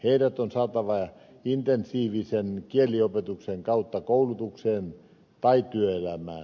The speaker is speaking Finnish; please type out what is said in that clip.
heidät on saatava intensiivisen kieliopetuksen kautta koulutukseen tai työelämään